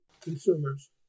consumers